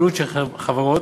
השקעות בחברות